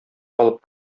алып